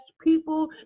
people